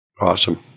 Awesome